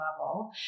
level